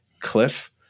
cliff